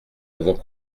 avons